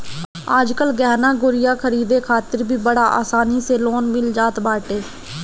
आजकल गहना गुरिया खरीदे खातिर भी बड़ा आसानी से लोन मिल जात बाटे